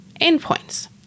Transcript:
endpoints